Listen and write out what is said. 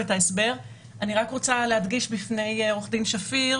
אני רק רוצה להדגיש בפני עורך הדין שפיר,